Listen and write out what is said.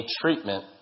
treatment